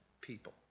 people